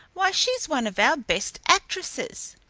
why, she's one of our best actresses.